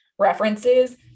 references